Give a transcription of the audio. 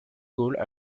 gaulle